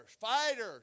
fighters